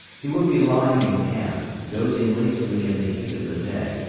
he would be lying in camp, dozing lazily in the heat of the day,